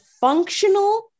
functional